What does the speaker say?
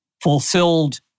fulfilled